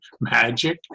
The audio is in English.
magic